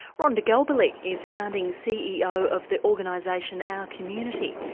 rhonda galbally is founding ceo of the organisation our community,